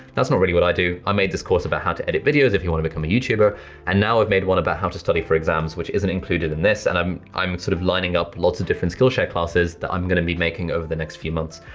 that's not really what i do, i mae this course about how to edit videos if you want to become a youtuber and now i've made one about how to study for exams which isn't included in this, and i'm i'm sort of lining up lots of different skillshare classes that i'm gonna be making over the next few months.